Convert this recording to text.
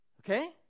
Okay